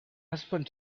husband